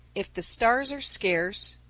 if the stars are scarce,